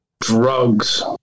Drugs